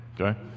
Okay